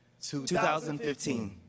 2015